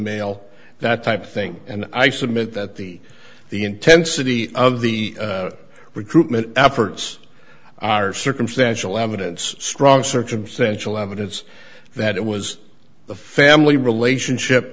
male that type of thing and i submit that the the intensity of the recruitment efforts are circumstantial evidence strong circumstantial evidence that it was the family relationship